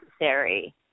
necessary